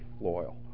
loyal